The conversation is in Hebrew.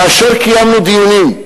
כאשר קיימנו דיונים,